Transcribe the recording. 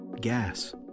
gas